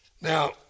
Now